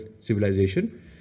civilization